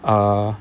uh